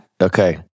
Okay